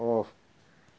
off